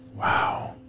wow